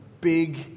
big